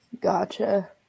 Gotcha